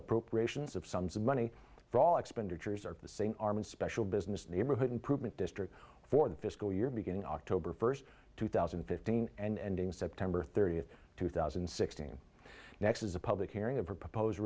appropriations of sums of money for all expenditures are the same arm and special business neighborhood improvement district for the fiscal year beginning october first two thousand and fifteen and ending september thirtieth two thousand and sixteen next is a public hearing a propose